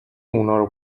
اونارو